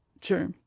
Sure